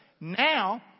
Now